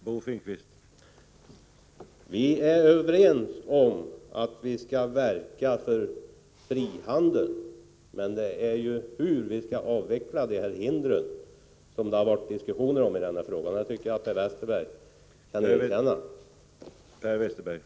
Herr talman! Vi är överens om att vi skall verka för frihandel, men det är sättet på vilket vi skall avveckla hindren som det har varit diskussion om i denna fråga. Det tycker jag att Per Westerberg kan erkänna.